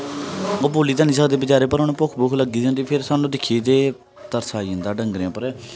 ओह् बोली ते ऐनी सकदे बचारे पर उ'नें ई भुक्ख भाक्ख लग्गी दी होंदी फिर सानूं दिक्खियै ते तरस आई जंदा डंगरें उप्पर